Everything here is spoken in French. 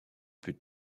plus